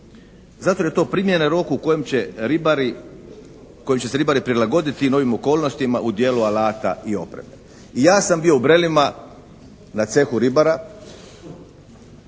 u kojem će ribari, u kojem će se ribari prilagoditi novim okolnostima u djelu alata i opreme. Ja sam bio u Brelima na Cehu ribara